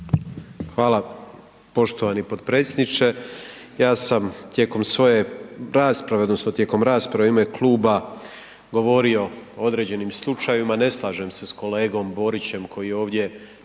Hvala. Poštovani potpredsjedniče. Ja sam tijekom svoje rasprave odnosno tijekom rasprave u ime kluba govorio o određenim slučajevima. Ne slažem se s kolegom Borićem koji ovdje